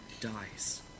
dies